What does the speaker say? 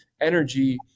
energy